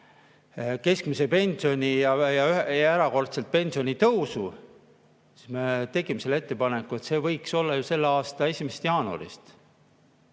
keskmist pensionit ja erakordset pensionitõusu, siis me tegime ettepaneku, et see võiks olla selle aasta 1. jaanuarist.